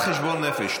קצת חשבון נפש.